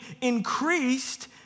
increased